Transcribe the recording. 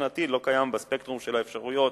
מבחינתי לא קיים, בספקטרום של האפשרויות,